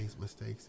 mistakes